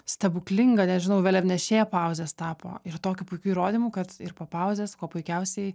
stebuklinga nežinau vėliavnešė pauzės tapo ir tokiu puikiu įrodymu kad ir po pauzės kuo puikiausiai